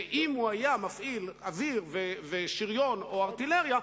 שאם הוא היה מפעיל אוויר ושריון או ארטילריה,